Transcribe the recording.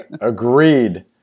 Agreed